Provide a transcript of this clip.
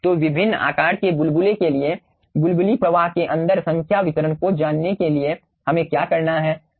तो विभिन्न आकार के बुलबुले के लिए बुलबुली प्रवाह के अंदर संख्या वितरण को जानने के लिए हमें क्या करना है